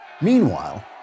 Meanwhile